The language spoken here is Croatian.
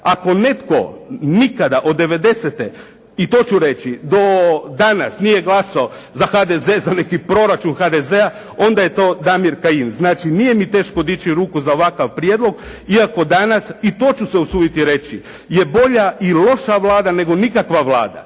Ako netko nikada od 90. i to ću reći, do danas nije glasao za HDZ, za neki proračun HDZ-a, onda je to Damir Kajin. Znači nije mi teško dići ruku za ovakav prijedlog, iako danas i to ću se usuditi reći, je bolja i loša Vlada nego nikakva Vlada.